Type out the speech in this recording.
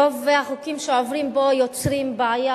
רוב החוקים שעוברים פה יוצרים בעיה,